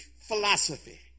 philosophy